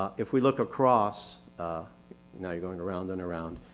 ah if we look across now you're going around and around,